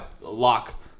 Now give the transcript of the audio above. lock